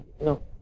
no